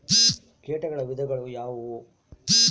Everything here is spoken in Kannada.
ಕೇಟಗಳ ವಿಧಗಳು ಯಾವುವು?